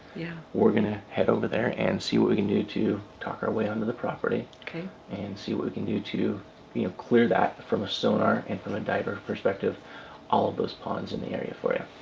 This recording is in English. we're gonna head over there and see what we can do to talk our way onto the property and see what we can do to and clear that from a sonar and from a diver perspective all of those ponds in the area for you.